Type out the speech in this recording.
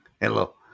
Hello